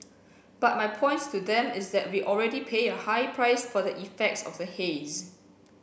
but my point to them is that we already pay a high price for the effects of the haze